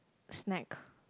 snack